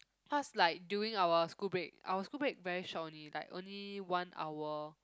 cause like during our school break our school break very short only like only one hour